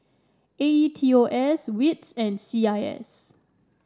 A E T O S WITS and C I S